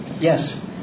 yes